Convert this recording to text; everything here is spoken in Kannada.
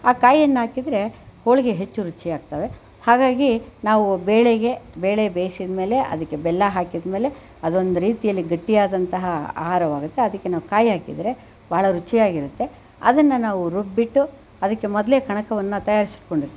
ಆ ಕಾಯಿಯನ್ನು ಹಾಕಿದರೆ ಹೋಳಿಗೆ ಹೆಚ್ಚು ರುಚಿಯಾಗುತ್ತವೆ ಹಾಗಾಗಿ ನಾವು ಬೇಳೆಗೆ ಬೇಳೆ ಬೇಯಿಸಿದ ಮೇಲೆ ಅದಕ್ಕೆ ಬೆಲ್ಲ ಹಾಕಿದ ಮೇಲೆ ಅದೊಂದು ರೀತಿಯಲ್ಲಿ ಗಟ್ಟಿಯಾದಂತಹ ಆಹಾರವಾಗುತ್ತೆ ಅದಕ್ಕೆ ನಾವು ಕಾಯಿ ಹಾಕಿದರೆ ಬಹಳ ರುಚಿಯಾಗಿರುತ್ತೆ ಅದನ್ನು ನಾವು ರುಬ್ಬಿಟ್ಟು ಅದಕ್ಕೆ ಮೊದಲೆ ಕಣಕವನ್ನ ತಯಾರಿಸಿಕೊಂಡಿರ್ತೀವಿ